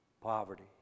poverty